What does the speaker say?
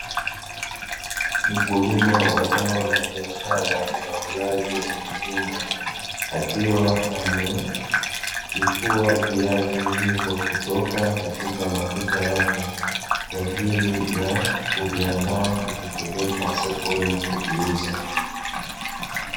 Mkulima wa zao la biashara la viazi mviringo, akiwa ametifua viazi hivo kutoka katika matuta yake, kwa ajili ya kuviandaa kupeleka sokoni kuviuza.